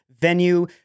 venue